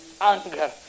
anger